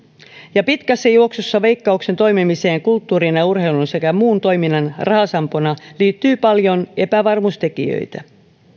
ja pitkässä juoksussa veikkauksen toimimiseen kulttuurin ja urheilun sekä muun toiminnan rahasampona liittyy paljon epävarmuustekijöitä